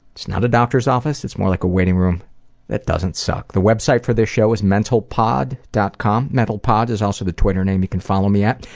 it's not a doctor's office. it's more like a waiting room that doesn't suck. the website for this show is mentalpod. com. mentalpod is also the twitter name you can follow me at.